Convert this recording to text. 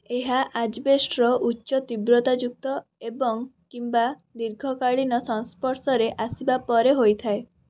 ଏହା ଆଜବେଷ୍ଟର ଉଚ୍ଚ ତୀବ୍ରତା ଯୁକ୍ତ ଏବଂ କିମ୍ୱା ଦୀର୍ଘକାଳୀନ ସଂସ୍ପର୍ସରେ ଆସିବା ପରେ ହୋଇଥାଏ